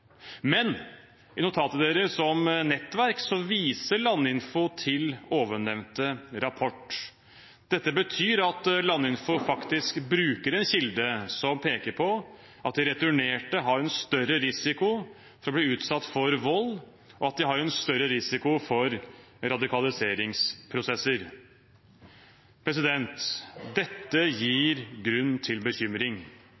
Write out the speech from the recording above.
men i notatet deres om nettverk viser Landinfo til ovennevnte rapport. Dette betyr at Landinfo faktisk bruker en kilde som peker på at returnerte har en større risiko for å bli utsatt for vold, og at de har en større risiko for radikaliseringsprosesser. Dette